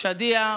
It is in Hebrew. שאדיה,